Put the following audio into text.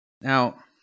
Now